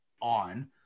on